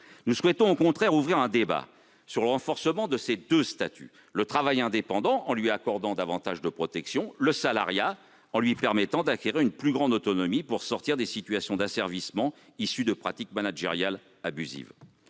Nous souhaitons au contraire ouvrir un débat sur le renforcement de ces deux statuts : le travail indépendant, auquel nous voulons accorder davantage de protection, et le salariat, qui devrait acquérir une plus grande autonomie pour sortir des situations d'asservissement résultant de pratiques managériales abusives.